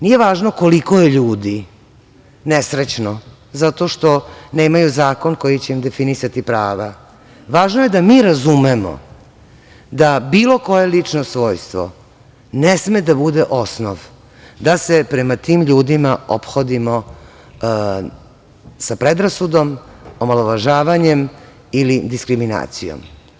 Nije važno koliko je ljudi nesrećno zato što nemaju zakon koji će im definisati prava, važno je da mi razumemo da bilo koje lično svojstvo ne sme da bude osnov da se prema tim ljudima ophodimo sa predrasudom, omalovažavanjem ili diskriminacijom.